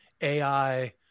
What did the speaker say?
AI